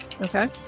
okay